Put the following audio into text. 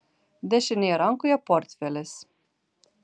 dešinėje rankoje portfelis